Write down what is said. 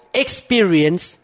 experience